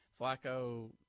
Flacco